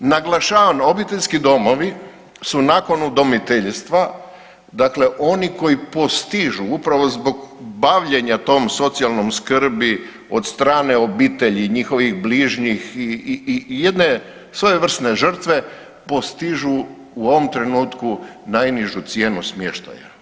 Naglašavam obiteljski domovi su nakon udomiteljstva, dakle oni koji postižu upravo zbog bavljenja tom socijalnom skrbi od strane obitelji, njihovih bližnjih i jedne svojevrsne žrtve postižu u ovom trenutku najnižu cijenu smještaja.